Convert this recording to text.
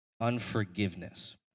unforgiveness